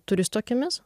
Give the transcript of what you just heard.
turistų akimis